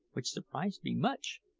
which surprised me much,